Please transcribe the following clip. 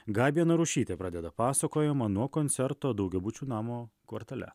gabija narušytė pradeda pasakojimą nuo koncerto daugiabučio namo kvartale